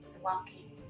walking